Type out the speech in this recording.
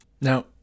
Now